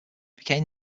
became